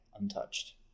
untouched